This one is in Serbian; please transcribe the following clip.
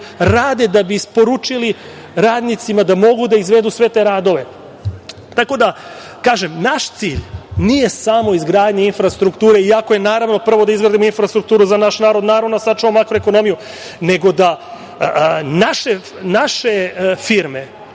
rade da bi isporučili radnicima da mogu da izvedu sve te radove. Naš cilj nije samo izgradnja infrastrukture, iako je, naravno, prvo da izgradimo infrastrukturu za naš narod, naravno, da sačuvamo makroekonomiju, nego da naše firme,